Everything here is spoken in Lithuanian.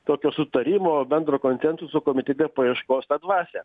tokio sutarimo bendro konsensuso komitete paieškos tą dvasią